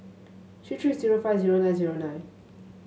three three zero five zero nine zero nine